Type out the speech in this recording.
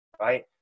right